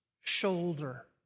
shoulder